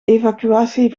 evacuatie